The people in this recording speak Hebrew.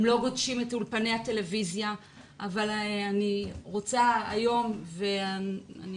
הם לא גודשים את אולפני הטלוויזיה אבל אני רוצה היום ואני